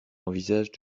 envisage